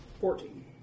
Fourteen